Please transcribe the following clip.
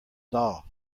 doll